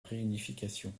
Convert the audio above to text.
réunification